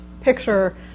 picture